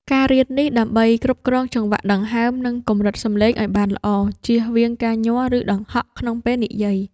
ការរៀននេះ ដើម្បីគ្រប់គ្រងចង្វាក់ដង្ហើម និងកម្រិតសំឡេងឱ្យបានល្អ ជៀសវាងការញ័រ ឬដង្ហក់ក្នុងពេលនិយាយ។